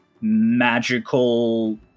magical